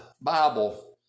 Bible